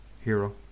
hero